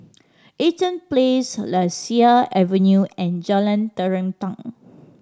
Eaton Place Lasia Avenue and Jalan Terentang